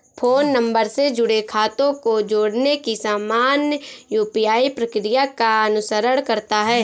phone number से जुड़े खातों को जोड़ने की सामान्य यू.पी.आई प्रक्रिया का अनुसरण करता है